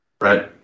right